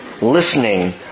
listening